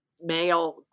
male